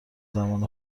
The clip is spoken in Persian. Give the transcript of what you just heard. زمان